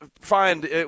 find